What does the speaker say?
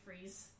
freeze